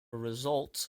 result